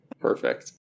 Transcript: Perfect